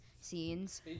scenes